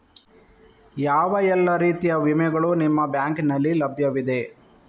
ಯಾವ ಎಲ್ಲ ರೀತಿಯ ವಿಮೆಗಳು ನಿಮ್ಮ ಬ್ಯಾಂಕಿನಲ್ಲಿ ಲಭ್ಯವಿದೆ?